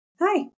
hi